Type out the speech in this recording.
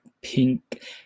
pink